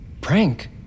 Prank